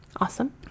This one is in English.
awesome